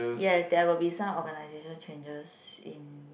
ya there will be some organization changes in